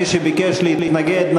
מי שביקש להתנגד,